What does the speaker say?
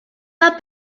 pas